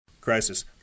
crisis